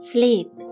Sleep